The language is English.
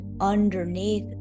underneath